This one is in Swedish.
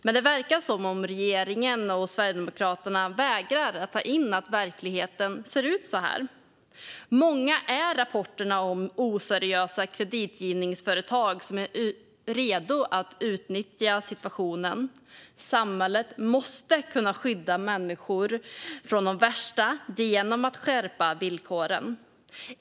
Men det verkar som att regeringen och Sverigedemokraterna vägrar att ta in att verkligheten ser ut så här. Många är rapporterna om oseriösa kreditgivningsföretag som är redo att utnyttja situationen. Samhället måste kunna skydda människor från de värsta genom att skärpa villkoren.